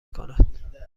کند